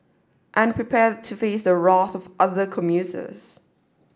and prepare to face the wrath of other commuters